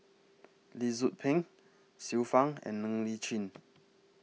Lee Tzu Pheng Xiu Fang and Ng Li Chin